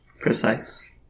Precise